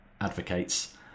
advocates